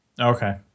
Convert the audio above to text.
Okay